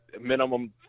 minimum